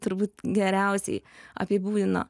turbūt geriausiai apibūdina